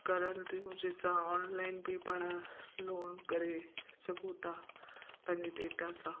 करनि थियूं जंहिं सां ऑनलाइन बि पाणि लोन करे सघूं था पंहिंजे डेटा सां